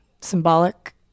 symbolic